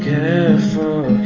Careful